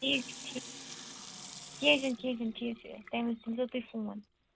ٹھیک چھُ کیٚنہہ چھُنہٕ کیٚنہہ چھُنہٕ ٹھیک چھُ تَمہِ وِزِ تُلۍزیو تُہۍ فون